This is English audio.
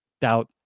doubt